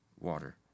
water